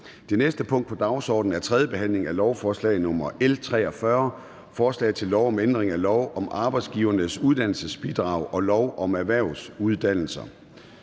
Det næste punkt på dagsordenen er: 2) 3. behandling af lovforslag nr. L 28: Forslag til lov om ændring af lov om erhvervsuddannelser. (Permanentgørelse